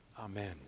Amen